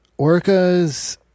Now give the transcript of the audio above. orcas